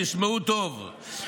תשמעו טוב,